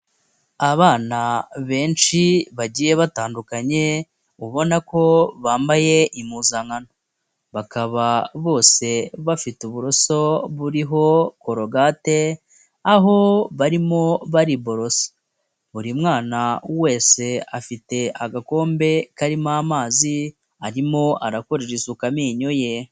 Abana benshi bagiye batandukanye, ubona ko bambaye impuzankano. Bakaba bose bafite uburoso buriho korogate, aho barimo bariborosa. Buri mwana wese afite agakombe karimo amazi, arimo arakorera isuka amenyo ye.